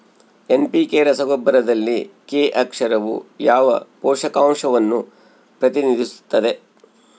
NPK ರಸಗೊಬ್ಬರದಲ್ಲಿ K ಅಕ್ಷರವು ಯಾವ ಪೋಷಕಾಂಶವನ್ನು ಪ್ರತಿನಿಧಿಸುತ್ತದೆ?